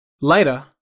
Later